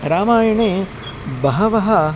रामायणे बहवः